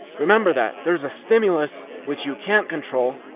remember that. there's a stimulus which you can't control,